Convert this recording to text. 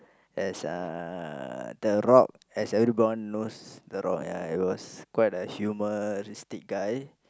as uh the rock as everyone knows the rock yeah he was quite a humoristic guy